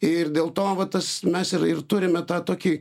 ir dėl to va tas mes ir ir turime tą tokį